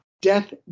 death